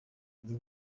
they